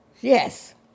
Yes